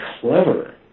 clever